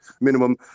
minimum